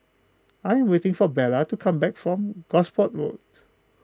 I am waiting for Bella to come back from Gosport Road